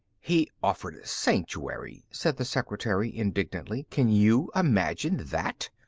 he offered sanctuary, said the secretary indignantly. can you imagine that!